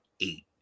eight